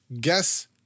guess